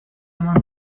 eman